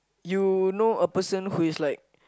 you know a person who is like